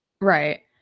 Right